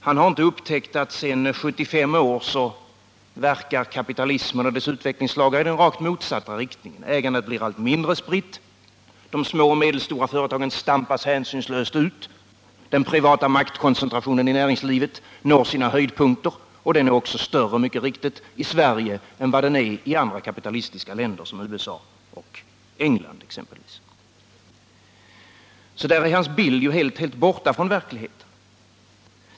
Han har inte upptäckt att sedan 75 år verkar kapitalismen och dess utvecklingslagar i den rakt motsatta riktningen. Ägandet blir allt mindre spritt, de små och medelstora företagen stampas hänsynslöst ut. Den privata maktkoncentrationen i näringslivet når sina höjdpunkter, och den är också mycket riktigt större i Sverige än i andra kapitalistiska länder som t.ex. USA och England. I detta avseende är alltså hans bild helt skild från verkligheten.